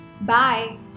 Bye